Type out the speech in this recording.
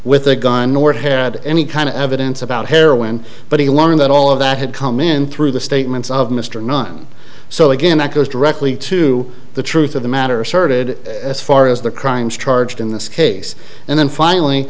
with a gun nor had any kind of evidence about heroin but he learned that all of that had come in through the statements of mr nunn so again that goes directly to the truth of the matter asserted as far as the crime charged in this case and then finally